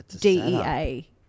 DEA